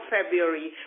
February